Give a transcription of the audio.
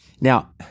Now